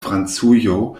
francujo